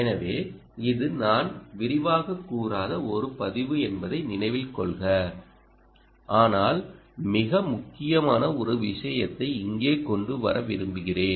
எனவே இது நான் விரிவாகக் கூறாத ஒரு பதிவு என்பதை நினைவில் கொள்க ஆனால் மிக முக்கியமான ஒரு விஷயத்தை இங்கே கொண்டு வர விரும்புகிறேன்